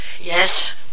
Yes